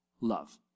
love